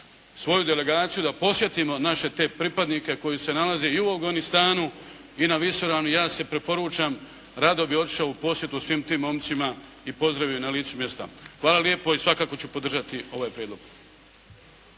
svoju delegaciju da posjetimo naše te pripadnike koji se nalaze i u Afganistanu i na visoravni, ja se preporučam, rado bi otišao u posjetu svim tim momcima i pozdravio ih na licu mjesta. Hvala lijepo i svakako ću podržati ovaj prijedlog.